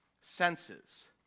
senses